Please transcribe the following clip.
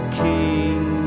king